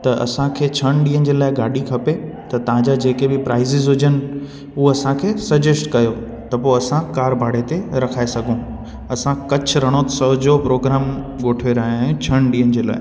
त असांखे छह ॾींहनि जे लाइ गाॾी खपे त तव्हांजा जेके बि प्राइज़िज हुजनि उअ असांखे सजेस्ट कयो त पोइ असां कार भाड़े ते रखाए सघूं असां कच्छ रण उत्सव जो प्रोग्राम पोठे रहिया आहियूं छहन ॾींअनि जे लाइ